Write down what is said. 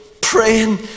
praying